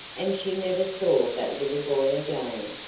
and she never saw that little boy again,